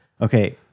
Okay